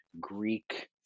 Greek